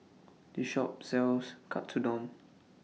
This Shop sells Katsudon